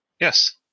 Yes